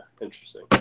interesting